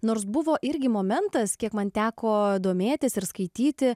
nors buvo irgi momentas kiek man teko domėtis ir skaityti